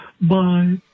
Bye